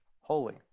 holy